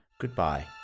goodbye